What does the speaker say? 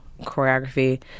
choreography